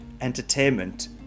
entertainment